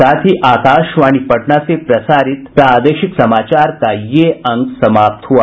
इसके साथ ही आकाशवाणी पटना से प्रसारित प्रादेशिक समाचार का ये अंक समाप्त हुआ